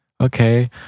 okay